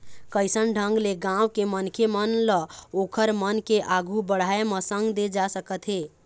कइसन ढंग ले गाँव के मनखे मन ल ओखर मन के आघु बड़ाय म संग दे जा सकत हे